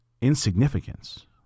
insignificance